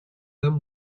them